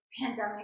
pandemic